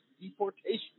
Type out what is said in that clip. deportation